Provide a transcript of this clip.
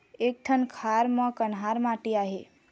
एक ठन खार म कन्हार माटी आहे?